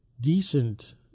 decent